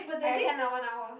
!aiya! can lah one hour